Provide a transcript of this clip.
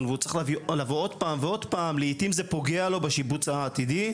והוא צריך לבוא עוד פעם ועוד פעם לעיתים זה פוגע לו בשיבוץ העתידי.